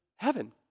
Heaven